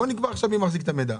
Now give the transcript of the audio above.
בואו נקבע עכשיו מי מחזיק את המידע.